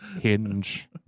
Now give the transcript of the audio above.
Hinge